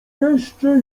jeszcze